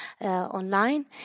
online